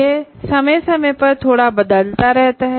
यह समय समय पर थोड़ा बदलता रहता है